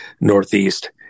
northeast